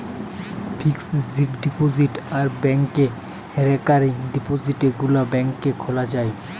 fixed deposit আর ব্যাংকে recurring ডিপোজিটে গুলা ব্যাংকে খোলা যায়